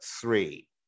three